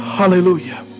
Hallelujah